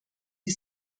die